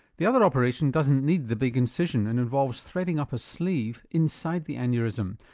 the other operation doesn't need the big incision and involves threading up a sleeve inside the aneurysm.